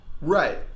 Right